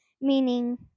meaning